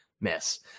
miss